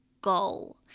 goal